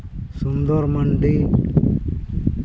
ᱥᱩᱱᱫᱚᱨ ᱢᱟᱱᱰᱤ